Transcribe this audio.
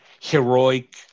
heroic